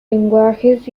lenguajes